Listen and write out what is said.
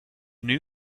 new